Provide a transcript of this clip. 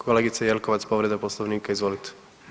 Kolegice Jelkovac povreda Poslovnika, izvolite.